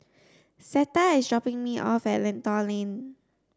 Zeta is dropping me off at Lentor Lane